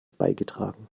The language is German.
beigetragen